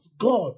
God